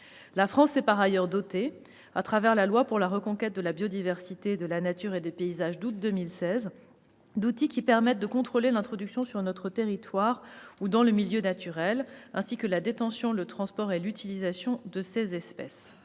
la France s'est dotée, au travers de la loi du 8 août 2016 pour la reconquête de la biodiversité, de la nature et des paysages, d'outils permettant de contrôler l'introduction sur notre territoire ou dans le milieu naturel, ainsi que la détention, le transport et l'utilisation de ces espèces.